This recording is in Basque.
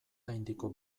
gaindiko